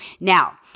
Now